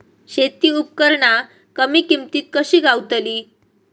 शेती उपकरणा कमी किमतीत कशी गावतली?